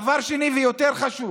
דבר שני, ויותר חשוב: